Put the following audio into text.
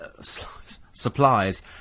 supplies